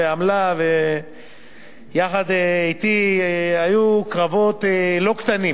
עמלה ויחד אתי היו קרבות לא קטנים